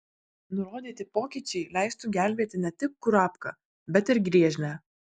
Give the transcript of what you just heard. nurodyti pokyčiai leistų gelbėti ne tik kurapką bet ir griežlę